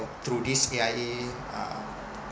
thorugh this A_I_A uh